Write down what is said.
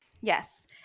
Yes